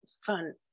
fun